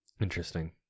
Interesting